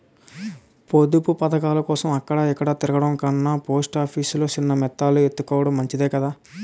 పొదుపు పదకాలకోసం అక్కడ ఇక్కడా తిరగడం కన్నా పోస్ట్ ఆఫీసు లో సిన్న మొత్తాలు ఎత్తుకోడం మంచిదే కదా